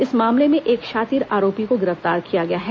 इस मामले में एक शातिर आरोपी को गिरफ्तार किया गया है